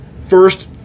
First